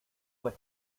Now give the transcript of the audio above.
pues